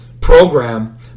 program